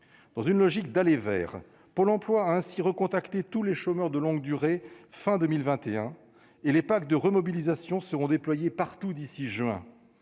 dans une logique d'aller vers Pôle emploi ainsi recontacter tous les chômeurs de longue durée, fin 2021 et les packs de remobilisation seront déployés partout d'ici juin,